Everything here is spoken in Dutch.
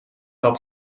dat